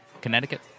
Connecticut